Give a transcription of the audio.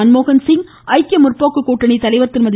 மன்மோகன்சிங் ஐக்கிய முற்போக்கு கூட்டணித்தலைவர் திருமதி